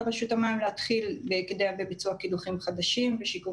על רשות המים להתחיל בהקדם בביצוע קידוחים חדשים ושיקום